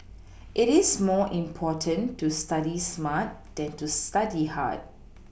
it is more important to study smart than to study hard